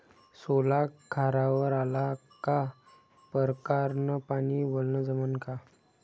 सोला खारावर आला का परकारं न पानी वलनं जमन का?